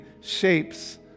shapes